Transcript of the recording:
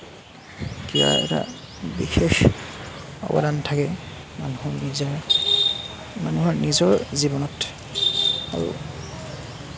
ক্ৰীড়াৰ এটা বিশেষ অৱদান থাকে মানুহৰ নিজৰ মানুহৰ নিজৰ জীৱনত আৰু